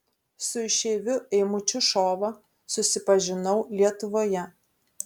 su išeiviu eimučiu šova susipažinau lietuvoje